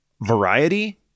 variety